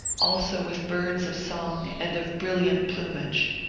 also with birds of song and of brilliant plumage.